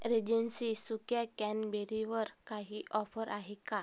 Regency सुक्या कॅनबेरीवर काही ऑफर आहे का